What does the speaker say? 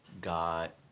got